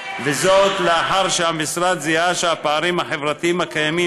וזאת לאחר שהמשרד זיהה שהפערים החברתיים הקיימים